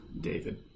David